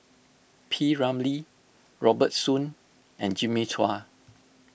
P Ramlee Robert Soon and Jimmy Chua